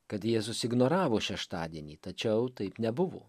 kad jėzus ignoravo šeštadienį tačiau taip nebuvo